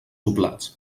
doblats